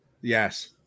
Yes